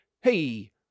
hey